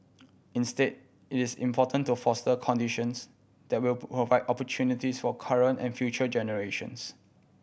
instead it is important to foster conditions that will provide opportunities for current and future generations